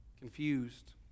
confused